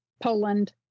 Poland